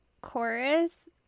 chorus